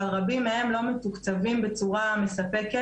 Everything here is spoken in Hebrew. אבל רבים מהם לא מתוקצבים בצורה מספקת,